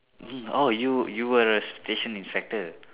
oh you you were a station inspector